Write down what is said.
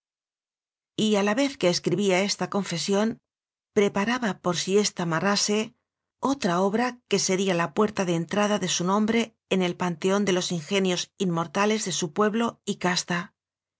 perdió y a la vez que escribía esta confesión pre paraba por si ésta marrase otra obra que se ría la puerta de entrada de su nombre en el panteón de los ingenios inmortales de su pue blo y casta